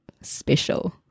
special